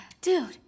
Dude